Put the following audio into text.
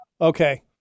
Okay